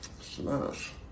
Smash